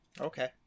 Okay